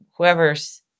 whoever's